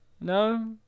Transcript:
No